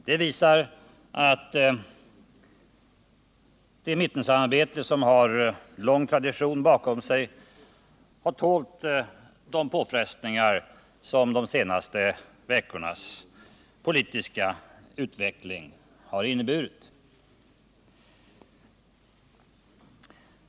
Den visar att det mittensamarbete som har en lång tradition har tålt de påfrestningar som de senaste veckornas politiska utveckling har inneburit.